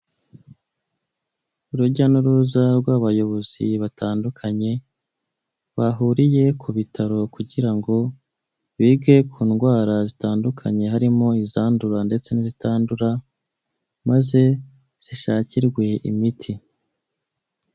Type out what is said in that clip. Urujya n'uruza rw'abayobozi batandukanye, bahuriye ku bitaro kugira ngo bige ku ndwara zitandukanye harimo izandura ndetse n'izitandura maze zishakirwe imiti.